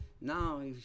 Now